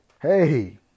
Hey